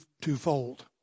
twofold